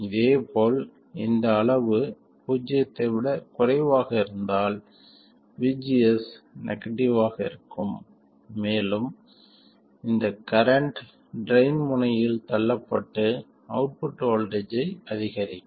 இதேபோல் இந்த அளவு பூஜ்ஜியத்தை விட குறைவாக இருந்தால் vgs நெகடிவ் ஆக இருக்கும் மேலும் இந்த கரண்ட் ட்ரைன் முனையில் தள்ளப்பட்டு அவுட்புட் வோல்ட்டேஜ் ஐ அதிகரிக்கும்